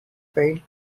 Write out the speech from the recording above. failed